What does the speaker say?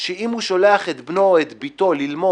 שאם הוא שולח את בנו או את ביתו ללמוד